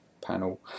panel